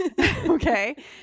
Okay